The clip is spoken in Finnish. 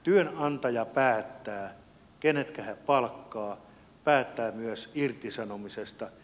työnantaja päättää kenet hän palkkaa päättää myös irtisanomisesta